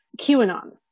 QAnon